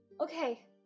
Okay